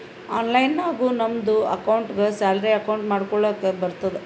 online ನಾಗು ನಮ್ದು ಅಕೌಂಟ್ಗ ಸ್ಯಾಲರಿ ಅಕೌಂಟ್ ಮಾಡ್ಕೊಳಕ್ ಬರ್ತುದ್